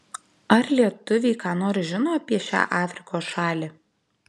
ar lietuviai ką nors žino apie šią afrikos šalį